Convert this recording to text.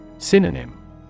Synonym